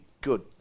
good